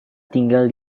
tinggal